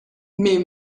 mais